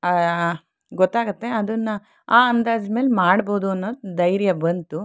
ಗೊತ್ತಾಗುತ್ತೆ ಅದನ್ನ ಆ ಅಂದಾಜು ಮೇಲೆ ಮಾಡ್ಬೋದು ಅನ್ನೋ ಧೈರ್ಯ ಬಂತು